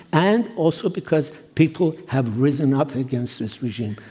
and also because people have risen up against this regime.